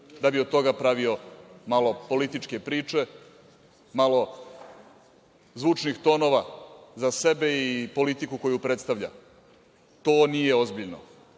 da bi od toga pravio malo političke priče, malo zvučnih tonova za sebe i politiku koju predstavlja. To nije ozbiljno,